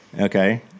Okay